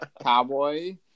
Cowboy